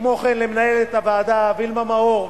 כמו כן למנהלת הוועדה וילמה מאור,